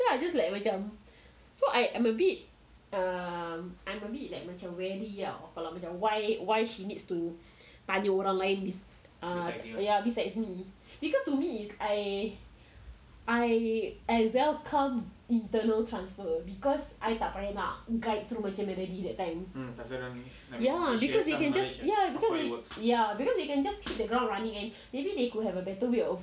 then I just like macam so I am a bit err I'm a bit like macam weary [tau] kalau macam why why she needs to tanya orang lain besides me because to me is I welcome internal transfer because I tak payah nak guide through macam that time ya because you can just ya because ya because you can just hit the ground running eh maybe they could have a better way